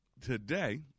Today